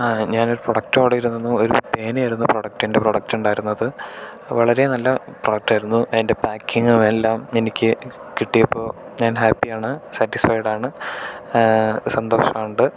ആ ഞാൻ ഒരു പ്രോഡക്റ്റ് ഓർഡർ ചെയ്തിരുന്നു ഒരു പേനയായിരുന്നു പ്രൊഡക്ട് എൻ്റെ പ്രോഡക്റ്റ് ഉണ്ടായിരുന്നത് വളരെ നല്ല പ്രോഡക്റ്റ് ആയിരുന്നു അതിൻ്റെ പാക്കിങ്ങും എല്ലാം എനിക്ക് കിട്ടിയപ്പോൾ ഞാൻ ഹാപ്പിയാണ് സാറ്റിസ്ഫൈഡ് ആണ് സന്തോഷമുണ്ട്